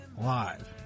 live